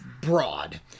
broad